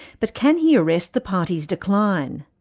but can he arrest the party's decline?